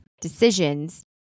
decisions